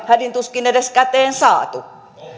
hädin tuskin edes käteen saatu